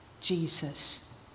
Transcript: Jesus